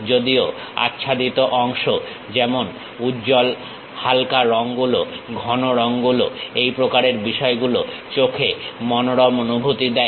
যদিও আচ্ছাদিত অংশ যেমন উজ্জ্বল হালকা রঙ গুলো ঘন রঙ গুলো এই প্রকারের বিষয়গুলো চোখে মনোরম অনুভূতি দেয়